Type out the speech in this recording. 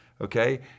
okay